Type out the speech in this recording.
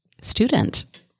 student